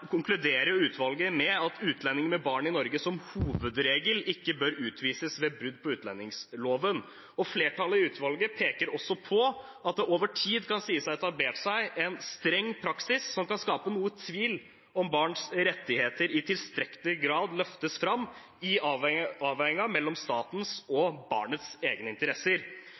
konkluderer utvalget med at utlendinger med barn i Norge som hovedregel ikke bør utvises ved brudd på utlendingsloven, og flertallet i utvalget peker også på at det over tid kan sies å ha etablert seg en streng praksis som kan skape noe tvil om hvorvidt barns rettigheter i tilstrekkelig grad løftes fram, i avveiningen mellom statens og barnets egne interesser.